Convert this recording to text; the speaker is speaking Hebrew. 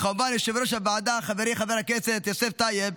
וכמובן ליושב-ראש הוועדה חברי חבר הכנסת יוסף טייב,